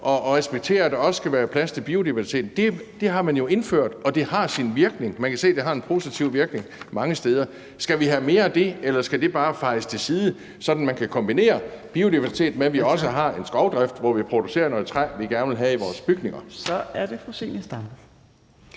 og man respekterer, at der også skal være plads til biodiversiteten. Det har man jo indført, og det har sin virkning. Man kan se, at det har en positiv virkning mange steder. Skal vi have mere af det, eller skal det bare fejes til side? Så kan man kombinere biodiversiteten med, at vi også har en skovdrift, hvor vi producerer noget træ, som vi gerne vil have til vores bygninger. Kl. 12:38 Tredje